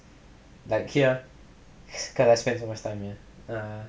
cause I spend the most time here